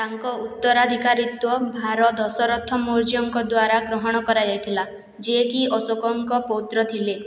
ତାଙ୍କ ଉତ୍ତରାଧିକାରୀତ୍ଵ ଭାର ଦଶରଥ ମୌର୍ଯ୍ୟଙ୍କ ଦ୍ଵାରା ଗ୍ରହଣ କରାଯାଇଥିଲା ଯିଏକି ଅଶୋକଙ୍କ ପୌତ୍ର ଥିଲେ